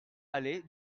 aller